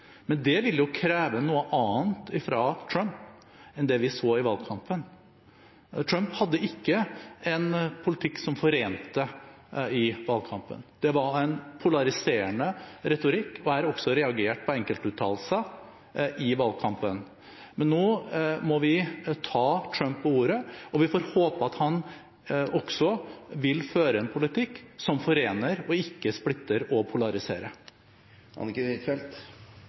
Men det vil jo kreve noe annet fra Trump enn det vi så i valgkampen. Trump hadde ikke en politikk som forente i valgkampen; det var en polariserende retorikk, og jeg har også reagert på enkeltuttalelser i valgkampen. Men nå må vi ta Trump på ordet, og vi får håpe at han også vil føre en politikk som forener og ikke splitter og polariserer. Anniken Huitfeldt